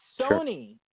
Sony